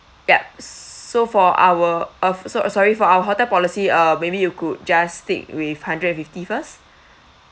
yup so for our uh so sorry for our hotel policy uh maybe you could just stick with hundred and fifty first